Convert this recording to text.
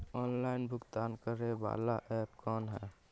Online भुगतान करे बाला ऐप कौन है?